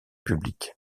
public